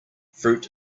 fruit